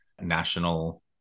National